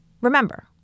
Remember